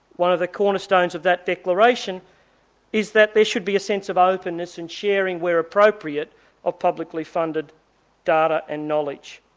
one of the cornerstones of that declaration is that there should be a sense of openness and sharing where appropriate of publicly funded data and knowledge.